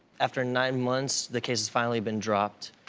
after nine months, the case's finally been dropped.